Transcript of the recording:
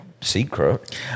secret